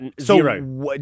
Zero